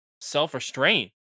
self-restraint